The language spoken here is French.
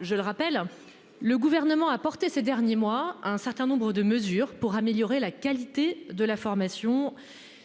Je le rappelle, le gouvernement a porté ces derniers mois un certain nombre de mesures pour améliorer la qualité de la formation.